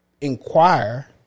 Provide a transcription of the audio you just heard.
inquire